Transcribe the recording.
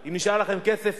אם נשאר לכם כסף